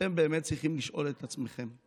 ואתם באמת צריכים לשאול את עצמכם: